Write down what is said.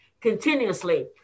continuously